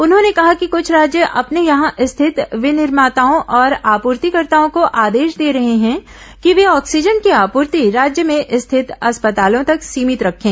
उन्होंने कहा कि कुछ राज्य अपने यहां स्थित विनिर्माताओं और आपर्तिकर्ताओं को आदेश दे रहे हैं कि वे ऑक्सीजन की आपर्ति राज्य में स्थित अस्पतालों तक सीमित रखें